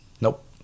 Nope